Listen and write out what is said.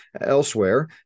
elsewhere